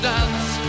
dance